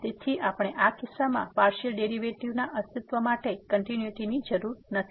તેથી આપણે આ કિસ્સામાં પાર્સીઅલ ડેરીવેટીવના અસ્તિત્વ માટે કંટીન્યુટીની જરૂર નથી